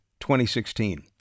2016